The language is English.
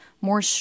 more